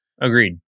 Agreed